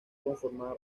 conformada